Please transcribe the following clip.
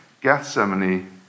Gethsemane